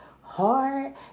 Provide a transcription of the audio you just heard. hard